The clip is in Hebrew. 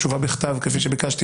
תשובה בכתב כפי שביקשתי,